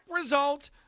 result